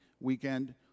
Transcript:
weekend